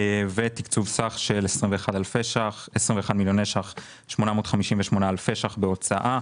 ותקצוב סך של 21 מיליוני שקלים ו-858 אלפי שקלים בהוצאה,